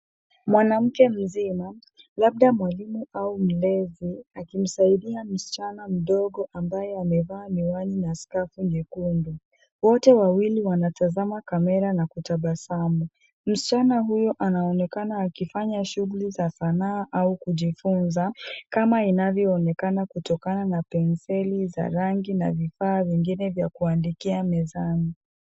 Mwanamke mzima, labda mwalimu au mlezi, akimsaidia msichana mdogo ambaye amevaa miwani na skafu nyekundu. Wote wawili wanatazama kamera na kutabasamu. Msichana huyo anaonekana akifanya shughuli za sanaa au kujifunza, kama inavyoonekana kutokana na penseli za rangi na vifaa vingine vya kuandikia mezani.